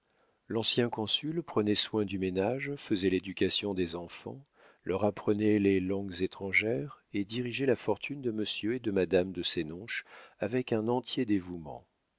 l'ancien consul prenait soin du ménage faisait l'éducation des enfants leur apprenait les langues étrangères et dirigeait la fortune de monsieur et de madame de senonches avec un entier dévouement